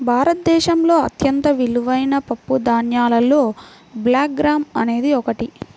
భారతదేశంలో అత్యంత విలువైన పప్పుధాన్యాలలో బ్లాక్ గ్రామ్ అనేది ఒకటి